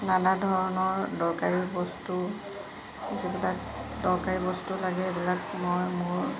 নানা ধৰণৰ দৰকাৰী বস্তু যিবিলাক দৰকাৰী বস্তু লাগে এইবিলাক মই মোৰ